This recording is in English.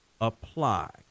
apply